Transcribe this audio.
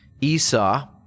Esau